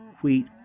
wheat